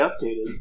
updated